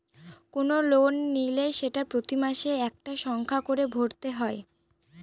কোনো লোন নিলে সেটা প্রতি মাসে একটা সংখ্যা করে ভরতে হয়